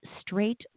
straight